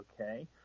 okay